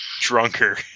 drunker